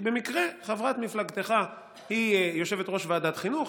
כי במקרה חברת מפלגתך היא יושבת-ראש ועדת חינוך,